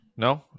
No